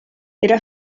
era